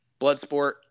Bloodsport